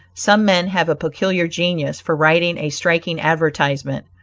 some men have a peculiar genius for writing a striking advertisement,